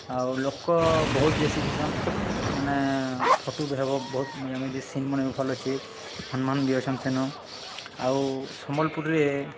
ଆଉ ଲୋକ ବହୁତ୍ ବେଶୀ ଥିସନ୍ ମାନେ ଫଟୁ ବି ହେବ ବହୁତ୍ ମଜାମଜଲିସ୍ ସିନ୍ ମନେ ବି ଭଲ୍ ଅଛେ ହନୁମାନ୍ ବି ଅଛନ୍ ସେନ ଆଉ ସମ୍ବଲପୁରେ